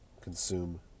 consume